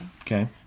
Okay